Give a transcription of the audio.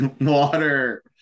Water